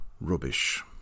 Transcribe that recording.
rubbish